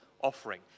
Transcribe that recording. offering